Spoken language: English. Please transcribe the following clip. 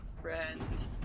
friend